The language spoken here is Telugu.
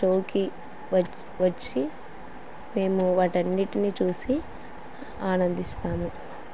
షోకి వ వచ్చి మేము వాటన్నిటిని చూసి ఆనందిస్తాము